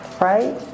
right